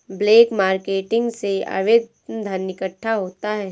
black marketing से अवैध धन इकट्ठा होता है